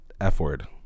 F-word